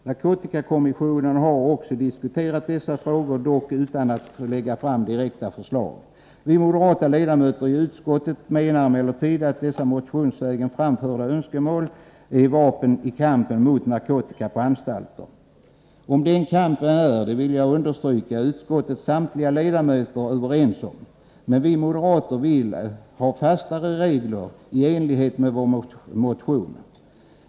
Narkotikakommissionen har också diskuterat dessa frågor, dock utan att lägga fram direkta förslag. Vi moderata ledamöter i utskottet menar emellertid att dessa motionsvägen framförda önskemål gäller vapen i kampen mot narkotika på anstalter. Om den kampen är — det vill jag understryka — utskottets samtliga ledamöter överens, men vi moderater vill ha fastare regler i enlighet med vår motion.